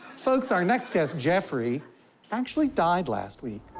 folks, our next guest jeffrey actually died last week.